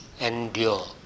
endure